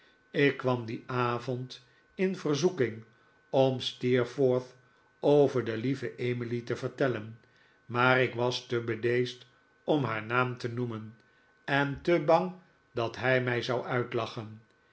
ik kwam dien avond in verzoeking om steerforth over de lieve emily te vertellen maar ik was te bedeesd om haar naam te noemen en te bang dat hij mij zou uitlachen